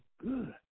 good